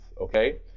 okay